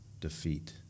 defeat